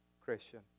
Christian